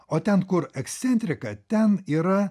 o ten kur ekscentrika ten yra